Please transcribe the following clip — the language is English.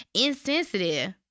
insensitive